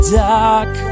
dark